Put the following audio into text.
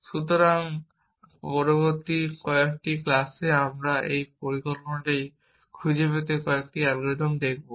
সুতরাং পরবর্তী কয়েকটি ক্লাসে আমরা এই পরিকল্পনাটি খুঁজে পেতে কয়েকটি অ্যালগরিদম দেখব